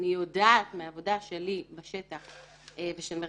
אבל אני יודעת מהעבודה שלי בשטח ומהעבודה